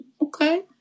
okay